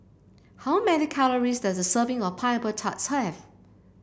how many calories does a serving of Pineapple Tarts have